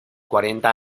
cuarenta